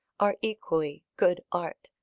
are equally good art.